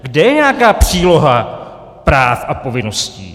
Kde je nějaká příloha práv a povinností?